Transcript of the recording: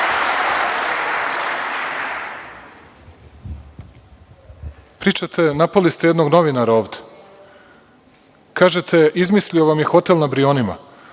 ovde. Pričate, napali ste jednog novinara ovde, kažete izmislio vam je hotel na Brionima,